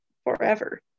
forever